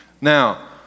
Now